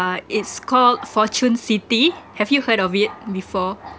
uh it's called fortune city have you heard of it before